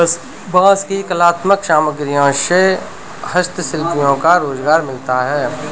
बाँस की कलात्मक सामग्रियों से हस्तशिल्पियों को रोजगार मिलता है